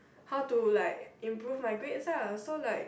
how to like improve my grades lah so like